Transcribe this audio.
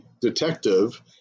detective